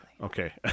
Okay